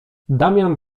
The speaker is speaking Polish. damian